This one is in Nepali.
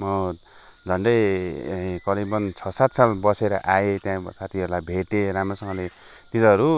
म झन्डै करिबन छ सात साल बसेर आएँ त्यहाँको साथीहरूलाई भेटेँ राम्रोसँगले तिनीहरू